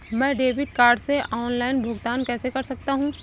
मैं debit card से online भुगतान कैसे कर सकता हूँ?